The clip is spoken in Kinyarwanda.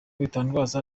bitangazwa